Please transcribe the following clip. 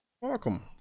Welcome